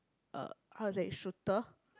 uh how to say shooter